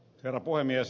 herra puhemies